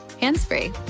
hands-free